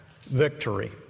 victory